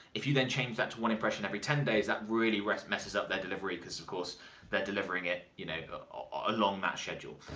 if you then change that to one impression every ten days, that really rest messes up their delivery, because of course they're delivering it you know ah along that schedule.